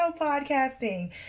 podcasting